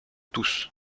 tous